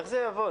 איך זה יעבוד?